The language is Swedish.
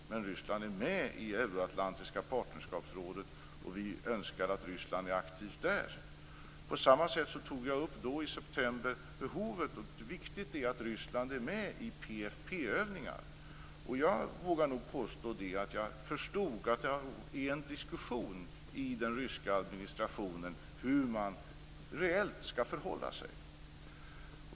Men Ryssland är också med i det euroatlantiska partnerskapsrådet, och vi önskar att Ryssland är aktivt där. På samma sätt tog jag då, i september, upp hur viktigt det är att Ryssland är med i PFF-övningar. Jag vågar nog påstå att jag förstod att det förekommer en diskussion i den ryska administrationen om hur man reellt skall förhålla sig.